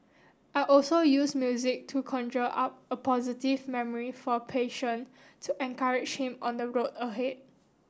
I also use music to conjure up a positive memory for a patient to encourage him on the road ahead